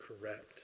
correct